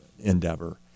endeavor